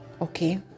Okay